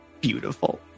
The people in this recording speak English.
beautiful